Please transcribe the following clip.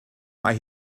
mae